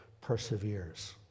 perseveres